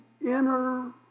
inner